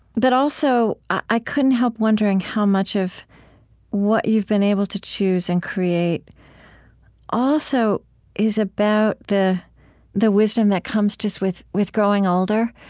but i couldn't help wondering how much of what you've been able to choose and create also is about the the wisdom that comes just with with growing older,